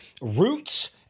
roots